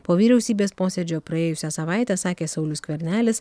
po vyriausybės posėdžio praėjusią savaitę sakė saulius skvernelis